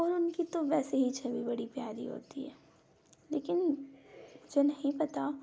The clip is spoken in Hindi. और उनकी तो वैसे ही छवि बड़ी प्यारी होती है लेकिन जे नहीं पता